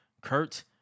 Kurt